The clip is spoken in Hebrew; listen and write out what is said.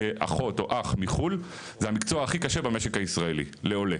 כאחות או אח מחו"ל זה המקצוע שהכי קשה לקבל בו הכרה במשק הישראלי לעולה.